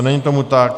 Není tomu tak.